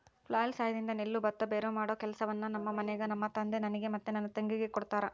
flail ಸಹಾಯದಿಂದ ನೆಲ್ಲು ಭತ್ತ ಭೇರೆಮಾಡೊ ಕೆಲಸವನ್ನ ನಮ್ಮ ಮನೆಗ ನಮ್ಮ ತಂದೆ ನನಗೆ ಮತ್ತೆ ನನ್ನ ತಂಗಿಗೆ ಕೊಡ್ತಾರಾ